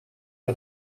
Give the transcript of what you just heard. for